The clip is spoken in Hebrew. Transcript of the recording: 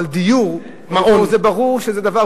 אבל דיור זה ברור שזה דבר,